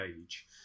age